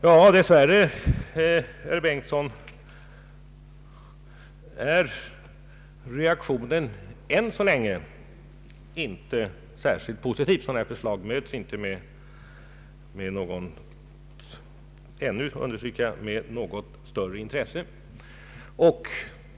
Ja, dess värre, herr Bengtson, är reaktionen än så länge inte särskilt positiv. Sådana här förslag möts inte med något större intresse.